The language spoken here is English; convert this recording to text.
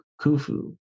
Khufu